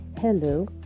Hello